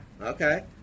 okay